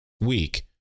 week